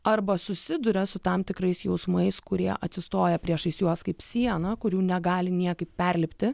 arba susiduria su tam tikrais jausmais kurie atsistoja priešais juos kaip siena kurių negali niekaip perlipti